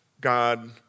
God